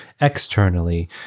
externally